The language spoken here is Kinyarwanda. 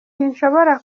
sinshobora